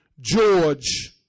George